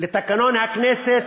לתקנון הכנסת,